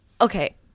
okay